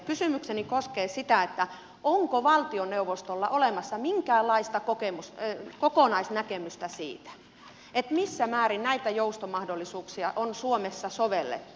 kysymykseni koskee sitä onko valtioneuvostolla olemassa minkäänlaista kokonaisnäkemystä siitä missä määrin näitä joustomahdollisuuksia on suomessa sovellettu